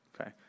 okay